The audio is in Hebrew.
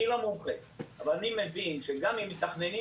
אני לא מומחה אבל אני מבין שגם אם מתכננים,